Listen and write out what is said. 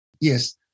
Yes